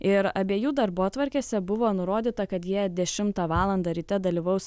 ir abiejų darbotvarkėse buvo nurodyta kad jie dešimtą valandą ryte dalyvaus